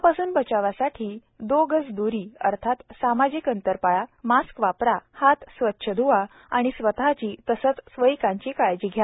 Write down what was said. कोरोनापासून बचवासाठी दो गज दुरी अर्थात सामाजिक अंतर पाळा मास्क वापरा हात स्वच्छ ध्वा आणि स्वतःची तसेच स्वकीयांची काळजी घ्या